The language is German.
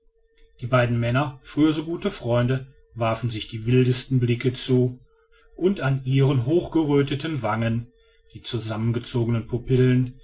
die beiden männer früher so gute freunde warfen sich die wildesten blicke zu und an ihren hochgerötheten wangen den zusammengezogenen pupillen